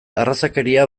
arrazakeria